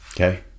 okay